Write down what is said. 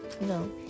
No